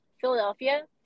Philadelphia